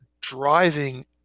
driving